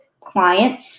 client